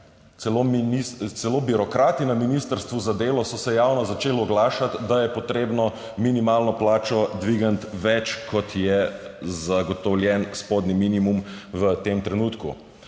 celo birokrati na ministrstvu za delo so se javno začeli oglašati, da je potrebno minimalno plačo dvigniti na več, kot je zagotovljeni spodnji minimum v tem trenutku.